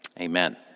amen